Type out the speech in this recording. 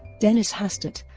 dennis hastert